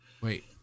wait